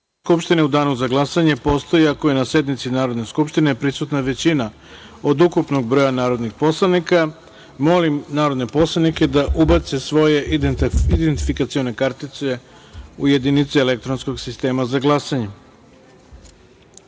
skupštine postoji ako je na sednici Narodne skupštine prisutna većina od ukupnog broja narodnih poslanika. Molim narodne poslanike da ubace svoje identifikacione kartice u jedinice elektronskog sistema za